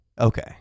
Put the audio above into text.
Okay